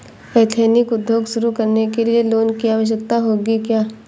Ethnic उद्योग शुरू करने लिए लोन की आवश्यकता होगी क्या?